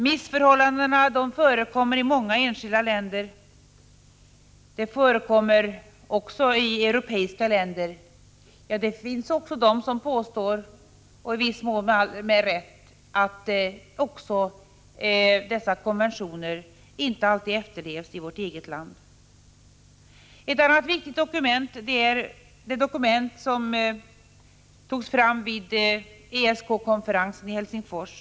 Missförhållandena förekommer i många enskilda länder, även i europeiska länder. Det finns också de som påstår, i viss mån med rätt, att konventionerna inte alltid efterlevs i vårt eget land. Ett annat viktigt dokument är det som togs fram vid ESK-konferensen i Helsingfors.